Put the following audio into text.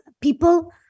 people